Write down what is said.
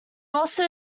also